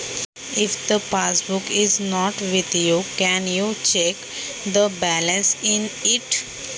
Passbook सोबत नसेल तर खात्यामधील शिल्लक तपासता येते का?